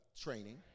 Training